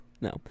No